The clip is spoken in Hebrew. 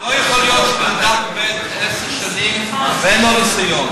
לא יכול להיות שאדם עובד עשר שנים ואין לו ניסיון.